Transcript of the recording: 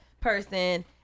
person